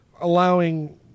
allowing